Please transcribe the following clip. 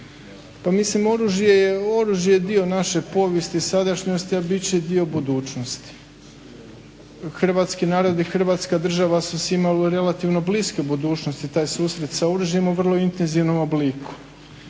Pa mislim oružje je dio naše povijesti i sadašnjosti, a bit će i dio budućnosti. Hrvatski narod i Hrvatska država su imali u relativno bliskoj budućnosti taj susret sa oružjem u vrlo intenzivnom obliku.